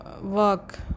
work